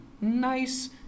nice